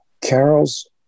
Carol's